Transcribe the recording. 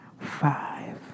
five